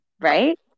right